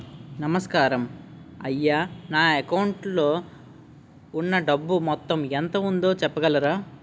నమస్కారం అయ్యా నా అకౌంట్ లో ఉన్నా డబ్బు మొత్తం ఎంత ఉందో చెప్పగలరా?